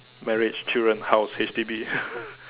marriage children house H_D_B